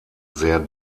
sehr